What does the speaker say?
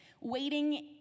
waiting